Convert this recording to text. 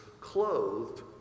clothed